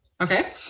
Okay